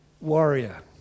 warrior